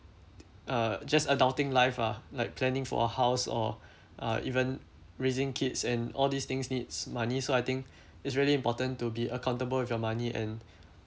uh just adulting life ah like planning for a house or uh even raising kids and all these things needs money so I think it's really important to be accountable with your money and